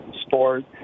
sport